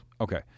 Okay